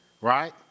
right